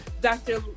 Dr